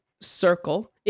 circle